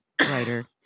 writer